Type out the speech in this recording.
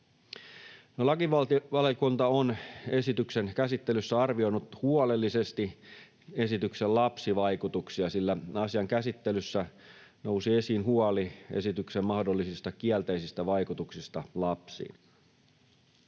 Lakivaliokunta on esityksen käsittelyssä arvioinut huolellisesti esityksen lapsivaikutuksia, sillä asian käsittelyssä nousi esiin huoli esityksen mahdollisista kielteisistä vaikutuksista lapsiin.